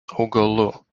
augalų